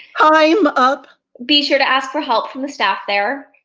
time up? be sure to ask for help from the staff there.